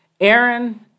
Aaron